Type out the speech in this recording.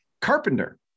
Carpenter